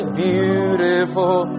beautiful